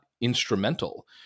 instrumental